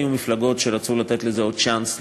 היו מפלגות שרצו לתת לזה עוד צ'אנס,